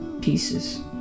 pieces